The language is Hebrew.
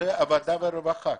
לוועדת העבודה והרווחה?